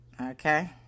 Okay